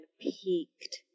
peaked